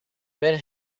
ben